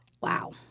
Wow